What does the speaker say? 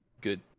good